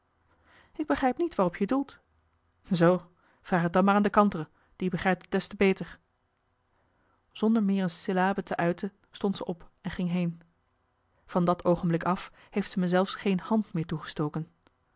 ik begrijp niet waarop je doelt zoo vraag t dan maar aan de kantere die begrijpt t des te beter zonder meer een syllabe te uiten stond zij op en ging heen van dat oogenblik af heeft ze me zelfs geen hand meer toegestoken